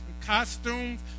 costumes